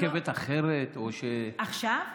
רכבת אחרת או, עכשיו?